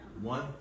One